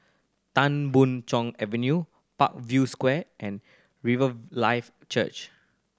Tan Boon Chong Avenue Parkview Square and Riverlife Church